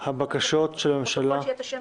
הצבעה בעד, 7 בקשת הממשלה אושרה.